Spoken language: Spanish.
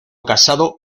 casado